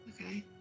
Okay